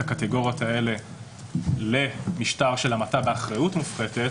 הקטגוריות האלה למשטר של המתה באחריות מופחתת,